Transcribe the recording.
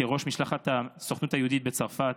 כראש משלחת הסוכנות היהודית בצרפת.